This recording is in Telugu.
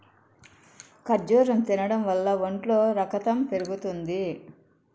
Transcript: ఖర్జూరం తినడం వల్ల ఒంట్లో రకతం పెరుగుతుంది